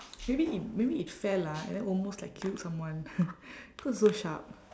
maybe it maybe it fell lah and then almost like killed someone cause it's so sharp